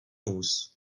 vůz